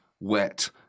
wet